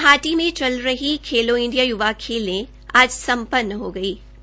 ग्वाहाटी में चल रही खेलो इंडिया य्वा खेल आज सम्पन्न हो गये